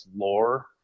lore